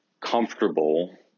comfortable